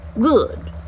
Good